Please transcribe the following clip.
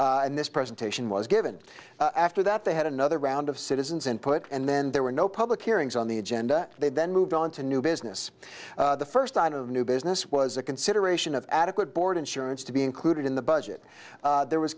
and this presentation was given after that they had another round of citizens input and then there were no public hearings on the agenda they then moved on to new business the first line of new business was a consideration of adequate board insurance to be included in the budget there was